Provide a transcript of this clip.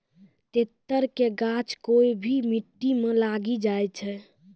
तेतर के गाछ कोय भी मिट्टी मॅ लागी जाय छै